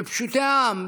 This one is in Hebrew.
בפשוטי העם,